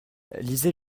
lisez